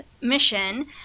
mission